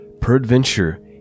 Peradventure